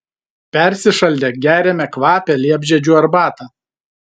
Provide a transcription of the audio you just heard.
persišaldę geriame kvapią liepžiedžių arbatą